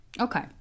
okay